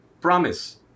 promise